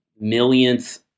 millionth